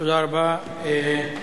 תודה רבה.